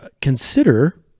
Consider